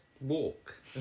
walk